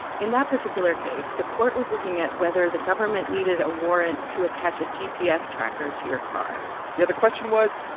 in that particular case, the court was looking at whether the government needed a warrant to attach a gps tracker to your car yeah. the question was,